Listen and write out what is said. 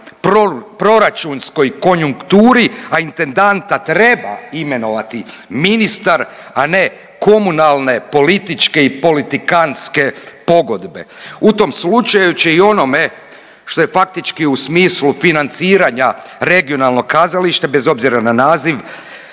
proračunskoj konjukturi, a intendanta treba imenovati ministar, a ne komunalne političke i politikantske pogodbe. U tom slučaju će i onome što je faktički u smislu financiranja regionalnog kazališta bez obzira na naziv